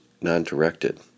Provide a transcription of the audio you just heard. non-directed